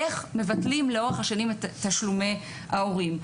איך מבטלים לאורך השנים את תשלומי ההורים.